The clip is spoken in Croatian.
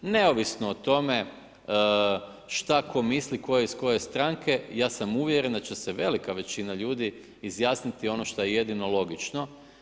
Neovisno o tome šta ko misli ko je iz koje stranke, ja sam uvjeren da će se velika većina ljudi izjasniti ono šta je jedino logično.